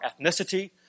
ethnicity